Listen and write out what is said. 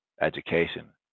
education